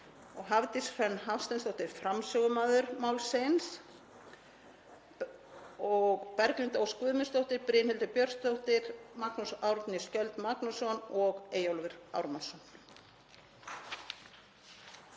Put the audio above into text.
Hafdís Hrönn Hafsteinsdóttir, framsögumaður málsins, Berglind Ósk Guðmundsdóttir, Brynhildur Björnsdóttir, Magnús Árni Skjöld Magnússon og Eyjólfur Ármannsson.